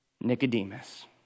Nicodemus